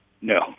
No